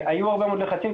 היו הרבה מאוד לחצים.